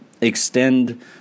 extend